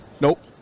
Nope